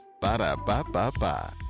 Ba-da-ba-ba-ba